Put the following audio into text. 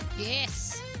Yes